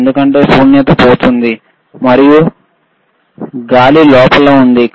ఎందుకంటే శూన్యత పోయింది మరియు గాలి లోపల ఉంది